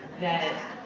that